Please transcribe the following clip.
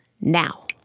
now